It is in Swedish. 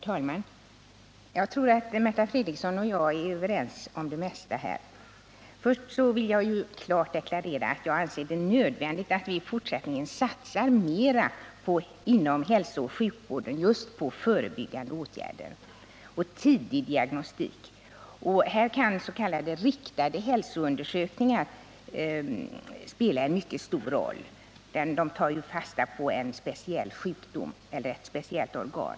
Herr talman! Jag tror att Märta Fredrikson och jag är överens om det mesta i den här frågan. Jag vill klart deklarera att jag anser det nödvändigt att vi i fortsättningen satsar mera inom hälsooch sjukvården just på förebyggande åtgärder och tidig diagnostik. Här kan s.k. riktade hälsoundersökningar, dvs. undersökningar som tar sikte på vissa sjukdomar eller organ, spela en stor roll.